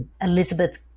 Elizabeth